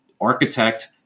architect